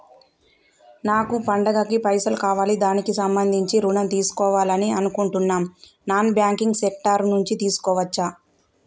నాకు పండగ కి పైసలు కావాలి దానికి సంబంధించి ఋణం తీసుకోవాలని అనుకుంటున్నం నాన్ బ్యాంకింగ్ సెక్టార్ నుంచి తీసుకోవచ్చా?